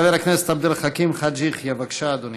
חבר הכנסת עבד אל חכים חאג' יחיא, בבקשה, אדוני.